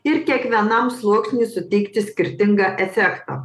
ir kiekvienam sluoksniui suteikti skirtingą efektą